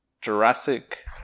jurassic